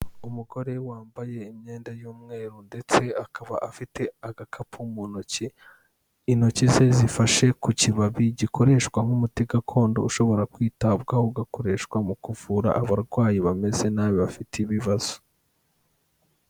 Umugore wambaye imyenda y'umweru ndetse akaba afite agakapu mu ntoki ,intoki ze zifashe ku kibabi gikoreshwa nk'umuti gakondo ushobora kwitabwaho ugakoreshwa mu kuvura abarwayi bameze nabi bafite ibibazo.